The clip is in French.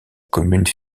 commune